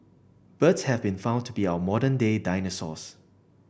birds have been found to be our modern day dinosaurs